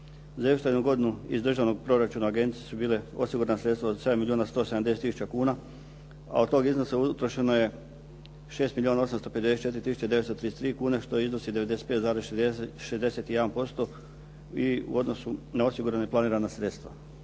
razumije./… godinu iz državnog proračuna agenciji su bile osigurana sredstva od 7 milijona 170 tisuća kuna, a od tog iznosa utrošeno je 6 milijuna 854 tisuće 933 kune, što iznosi 95,61% i u odnosu na osigurana i planirana sredstva.